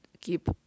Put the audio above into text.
keep